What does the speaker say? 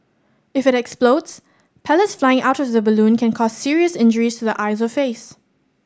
if it explodes pellets flying out of the balloon can cause serious injuries to the eyes or face